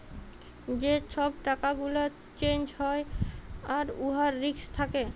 যে ছব টাকা গুলা চ্যাঞ্জ হ্যয় আর উয়ার রিস্ক থ্যাকে